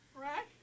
Right